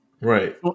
Right